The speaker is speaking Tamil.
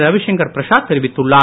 ரவிசங்கர் பிரசாத் தெரிவித்துள்ளார்